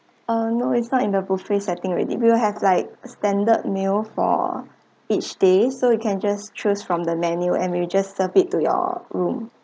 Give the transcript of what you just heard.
ah no it's not in the buffet setting already we will have like standard meal for each day so you can just choose from the menu and we will just serve it to your room